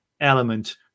element